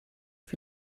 für